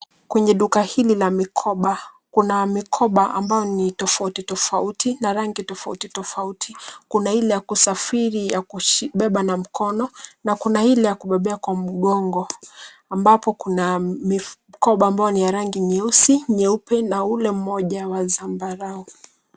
Kwenye duka hili la mikoba, kuna mikoba ambayo ni tofauti tofauti na rangi tofauti tofauti. Kuna Ile ya kusafiri ya kubeba na mkono na kuna Ile ya kubebea kwa mgongo ambapo kuna mifuko ambayo ni ya rangi nyeusi, nyeupe na ule moja ambao ni wa zambarau.